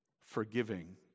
forgiving